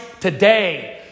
today